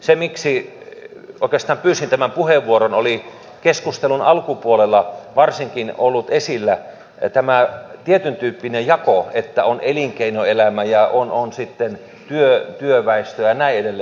se miksi oikeastaan pyysin tämän puheenvuoron oli varsinkin keskustelun alkupuolella esillä ollut tämä tietyntyyppinen jako että on elinkeinoelämä ja on sitten työväestö ja näin edelleen